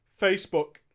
Facebook